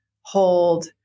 hold